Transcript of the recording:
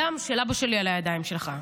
הדם של אבא שלי על הידיים שלך.